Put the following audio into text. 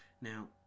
Now